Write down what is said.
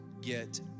get